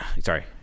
sorry